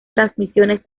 transmisiones